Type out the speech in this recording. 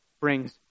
brings